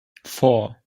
four